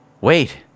Wait